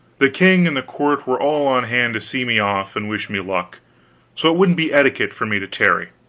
the king and the court were all on hand to see me off and wish me luck so it wouldn't be etiquette for me to tarry.